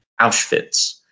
Auschwitz